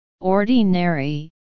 ordinary